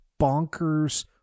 bonkers